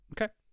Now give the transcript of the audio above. Okay